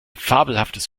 fabelhaftes